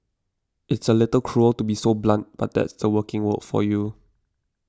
it's a little cruel to be so blunt but that's the working world for you